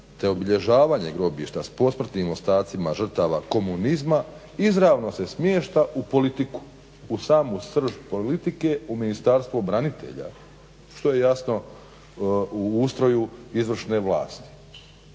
te obilježavanje grobišta s posmrtnim ostacima komunizma, izravno se smješta u politiku u samu srž politike u Ministarstvo branitelja što je jasno u ustroju izvršne vlasti.